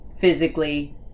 physically